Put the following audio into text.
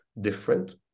different